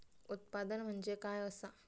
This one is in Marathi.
उत्पादन म्हणजे काय असा?